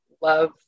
love